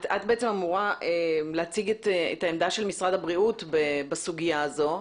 את בעצם אמורה להציג את העמדה של משרד הבריאות בסוגייה הזו,